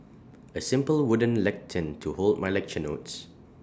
A simple wooden lectern to hold my lecture notes